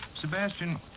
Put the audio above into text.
Sebastian